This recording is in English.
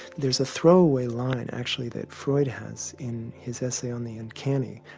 there's a throwaway line actually that freud has in his essay on the uncanny,